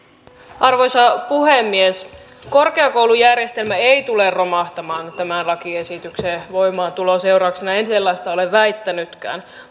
arvoisa puhemies korkeakoulujärjestelmä ei tule romahtamaan tämän lakiesityksen voimaantulon seurauksena en sellaista ole väittänytkään